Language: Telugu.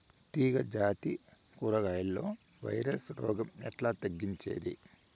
తీగ జాతి కూరగాయల్లో వైరస్ రోగం ఎట్లా తగ్గించేది?